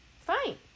fine